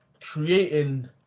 creating